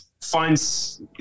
finds